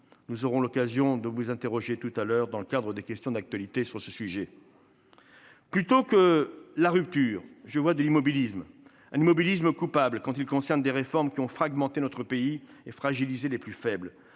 Nous aurons l'occasion de vous interroger tout à l'heure sur ce sujet dans le cadre des questions d'actualité. Plutôt que de la rupture, je vois de l'immobilisme, un immobilisme coupable quand il concerne des réformes qui ont fragmenté notre pays et fragilisé les plus faibles.